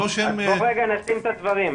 אז רגע נשים את הדברים,